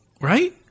right